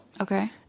Okay